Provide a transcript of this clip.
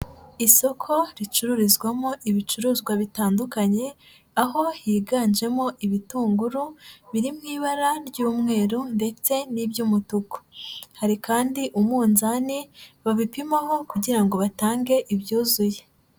Isoko ricururizwamo ibicuruzwa bitandukanye, aho higanjemo ibitunguru biri mu ibara ry'umweru ndetse n'iby'umutuku, hari kandi umunzani babipimaho kugira ngo batange ibyuzuye.